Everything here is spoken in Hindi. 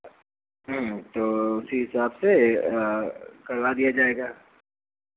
ह्म्म तो उसी हिसाब से करवा दिया जाएगा